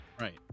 Right